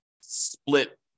split